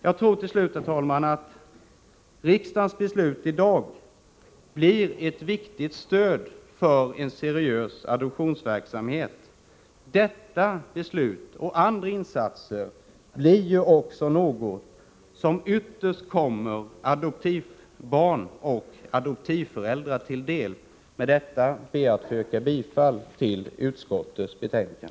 Jag tror till slut att riksdagens beslut i dag blir ett viktigt stöd för en seriös adoptionsverksamhet. Detta beslut och andra insatser blir ju också något som ytterst kommer adoptivbarn och adoptivföräldrar till del. Med detta ber jag att få yrka bifall till utskottets hemställan.